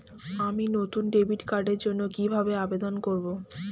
আমি নতুন ডেবিট কার্ডের জন্য কিভাবে আবেদন করব?